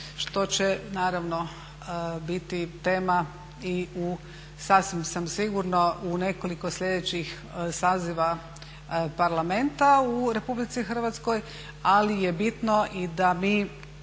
što će naravno biti tema i u sasvim siguran u nekoliko sljedećih saziva Parlamenta u RH, ali je bitno i da mi